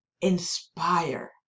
Inspire